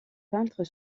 peintre